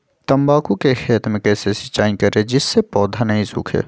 तम्बाकू के खेत मे कैसे सिंचाई करें जिस से पौधा नहीं सूखे?